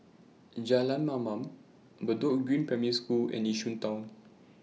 Jalan Mamam Bedok Green Primary School and Yishun Town